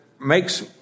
makes